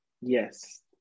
Yes